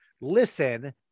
listen